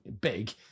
big